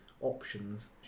options